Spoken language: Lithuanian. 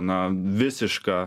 na visiška